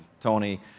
Tony